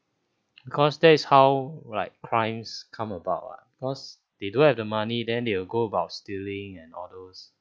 because that is how like crimes come about what because they don't have the money then they will go about stealing and all those